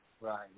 right